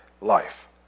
life